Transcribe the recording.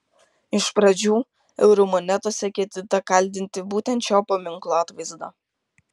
iš pradžių eurų monetose ketinta kaldinti būtent šio paminklo atvaizdą